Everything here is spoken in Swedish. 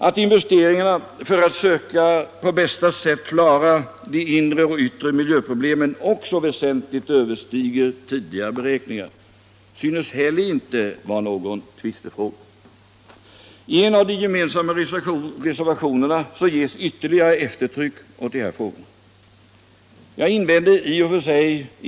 Att investeringarna för att söka på bästa sätt klara de inre och yttre miljöproblemen också väsentligt överstiger tidigare beräkningar synes heller inte vara någon tvistefråga. tryck åt dessa miljöfrågor. Jag invänder inte mot det i och för sig.